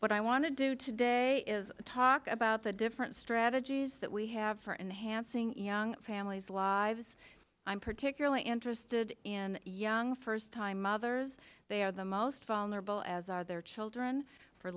what i want to do today is talk about the different strategies that we have for enhancing young families lives i'm particularly interested in young first time mothers they are the most vulnerable as are their children for